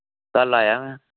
कल आया में